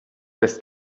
lässt